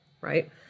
right